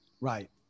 Right